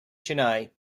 chennai